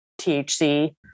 THC